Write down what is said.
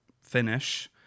finish